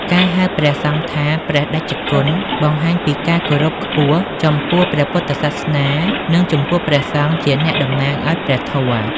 ការហៅព្រះសង្ឃថា ព្រះតេជគុណ បង្ហាញពីការគោរពខ្ពស់ចំពោះព្រះពុទ្ធសាសនា និងចំពោះព្រះសង្ឃជាអ្នកតំណាងឱ្យព្រះធម៌។